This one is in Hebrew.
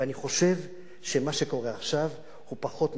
ואני חושב שמה שקורה עכשיו הוא פחות מטוב,